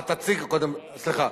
סליחה.